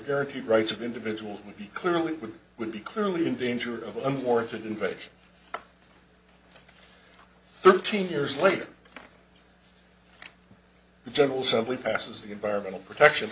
guaranteed rights of individuals would be clearly would be clearly in danger of unwarranted invasion thirteen years later the general simply passes the environmental protection